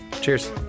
Cheers